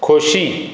खोशी